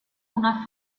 una